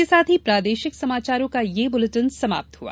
इसके साथ ही प्रादेशिक समाचारों का ये बुलेटिन समाप्त हुआ